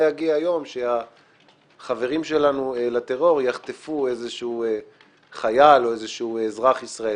יגיע יום שהחברים שלנו לטרור יחטפו חייל או אזרח ישראלי,